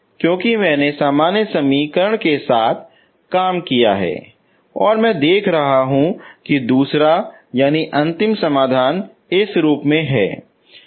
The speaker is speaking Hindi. क्योंकि मैंने सामान्य समीकरण के साथ काम किया और मैं देख रहा हूं कि दूसरा अंतिम समाधान इस रूप में होगा